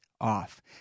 off